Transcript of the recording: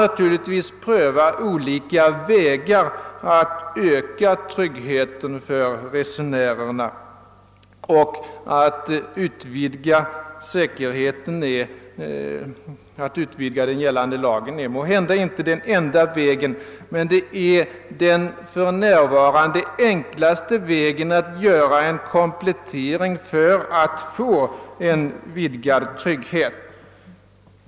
Man kan givetvis pröva olika vägar att öka tryggheten för resenärerna. Att vidga den gällande lagen på området är kanske inte den enda men den för närvarande enklaste vägen att åstadkomma ökad trygghet.